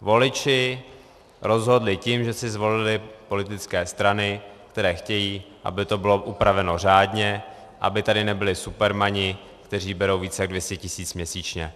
Voliči rozhodli tím, že si zvolili politické strany, které chtějí, aby to bylo upraveno řádně, aby tady nebyli supermani, kteří berou více než 200 tisíc měsíčně.